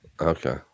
okay